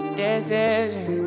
decision